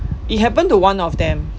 it happened to one of them